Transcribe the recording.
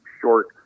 short